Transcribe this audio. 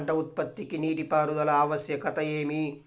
పంట ఉత్పత్తికి నీటిపారుదల ఆవశ్యకత ఏమి?